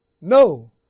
No